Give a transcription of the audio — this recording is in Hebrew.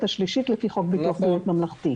השלישית לפי חוק ביטוח בריאות ממלכתי.